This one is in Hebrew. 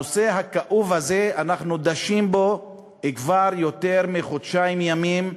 אנחנו דשים בנושא הכאוב הזה כבר יותר מחודשיים ימים.